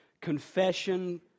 confession